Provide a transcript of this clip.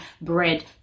bread